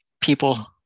people